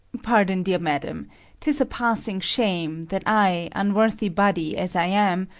pardon, dear madam tis a passing shame that i, unworthy body as i am,